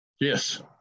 Yes